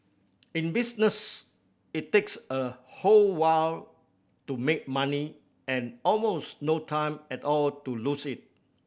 in business it takes a whole while to make money and almost no time at all to lose it